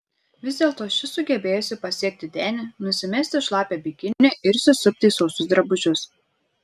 vis dėlto ši sugebėjusi pasiekti denį nusimesti šlapią bikinį ir įsisupti į sausus drabužius